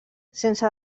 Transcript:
sense